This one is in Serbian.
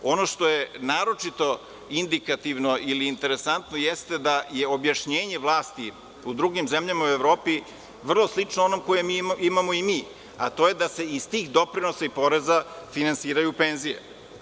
Ono što je naročito indikativno ili interesantno jeste da je objašnjenje vlasti u drugim zemljama u Evropi vrlo slično onom koje imamo i mi, a to je da se iz tih doprinosa i poreza finansiraju penzije.